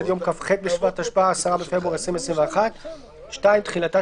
עד יום כ"ח בשבט התשפ"א (10 בפברואר 2021). תחילה תחילתה